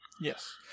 Yes